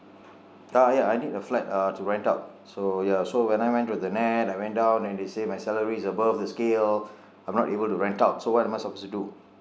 ah ya I need a flat uh to rent out so ya so when I went to the I went down then they say my salary is above the scale I am not able to rent out so what am I supposed to do